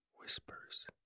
whispers